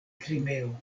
krimeo